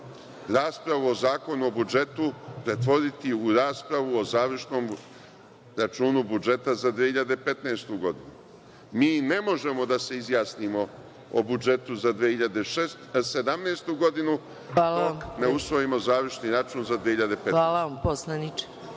raspravu o Zakonu o budžetu pretvoriti u raspravu o završnom računu budžeta za 2015. godinu? Mi ne možemo da se izjasnimo o budžetu za 2017. godinu dok ne usvojimo završni račun za 2015. godinu.